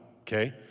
okay